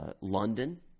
London